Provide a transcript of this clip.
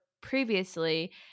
previously